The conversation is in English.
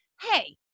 hey